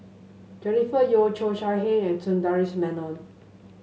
Jennifer Yeo Cheo Chai Hiang and Sundaresh Menon